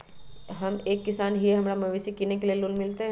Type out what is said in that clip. हम एक किसान हिए हमरा मवेसी किनैले लोन मिलतै?